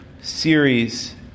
series